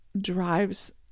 drives